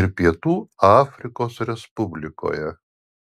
ir pietų afrikos respublikoje